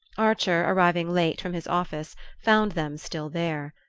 archer, arriving late from his office, found them still there.